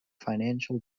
financial